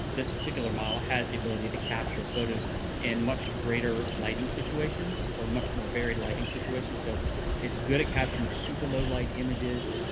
this particular model, has the ability to capture photos in much greater lighting situations, or much more varied lighting situations, so it's good at capturing super low light images.